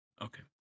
Okay